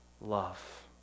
love